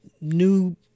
new